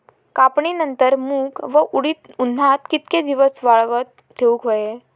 कापणीनंतर मूग व उडीद उन्हात कितके दिवस वाळवत ठेवूक व्हये?